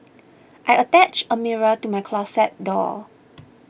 I attached a mirror to my closet door